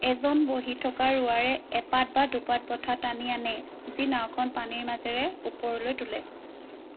এজন বহি থকা ৰোৱাৰে এপাত বা দুপাত ব'ঠা টানি আনে যি নাওখন পানীৰ মাজেৰে ওপৰলৈ তোলে